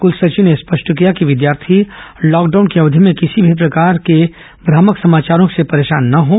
कुलसचिव ने स्पष्ट किया कि विद्यार्थी लॉकडाउन की अवधि में किसी भी प्रकार के भ्रामक समाचारों से परेशान न हों